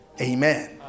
Amen